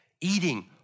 eating